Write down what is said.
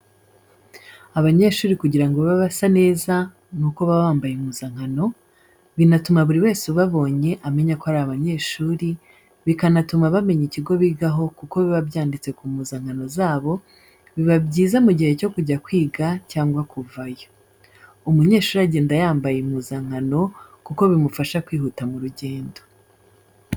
Abanyeshuri kugira ngo babe basa neza nuko baba bambaye impuzakano, binatuma buri wese ubabonye amenya ko ari abanyeshuri, bikanatuma bamenya ikigo bigaho kuko biba byanditse ku mpuzakano zabo, biba byiza mu gihe cyo kujya kwiga cyagwa kuvayo. Umunyeshuri agenda yambaye impuzakano kuko bimufasha kwihuta mu rugendo.